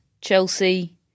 chelsea